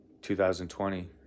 2020